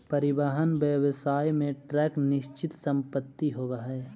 परिवहन व्यवसाय में ट्रक निश्चित संपत्ति होवऽ हई